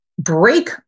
break